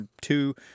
two